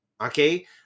okay